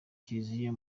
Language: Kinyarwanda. kiliziya